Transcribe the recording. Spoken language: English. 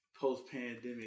post-pandemic